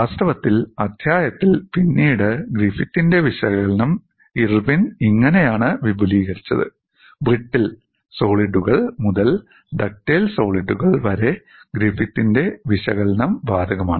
വാസ്തവത്തിൽ അധ്യായത്തിൽ പിന്നീട് ഗ്രിഫിത്തിന്റെ വിശകലനം ഇർവിൻ എങ്ങനെയാണ് വിപുലീകരിച്ചത് ബ്രിട്ടിൽ പൊട്ടുന്ന സോളിഡുകൾ മുതൽ ഡക്റ്റൈൽ സോളിഡുകൾ വരെ ഗ്രിഫിത്തിന്റെ വിശകലനം ബാധകമാണ്